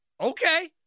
okay